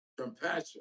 compassion